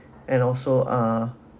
and also ah